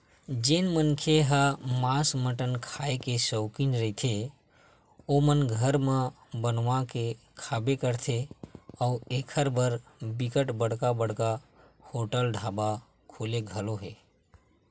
जेन मनखे ह मांस मटन खांए के सौकिन रहिथे ओमन घर म बनवा के खाबे करथे अउ एखर बर बिकट बड़का बड़का होटल ढ़ाबा खुले घलोक हे